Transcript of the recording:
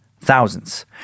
Thousands